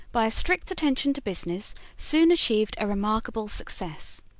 by a strict attention to business, soon achieved a remarkable success.